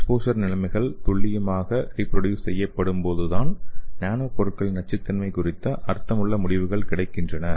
exposure நிலைமைகள் துல்லியமாக reproduce செய்யப்படும்போது தான் நானோ பொருட்களின் நச்சுத்தன்மை குறித்த அர்த்தமுள்ள முடிவுகள் கிடைக்கின்றன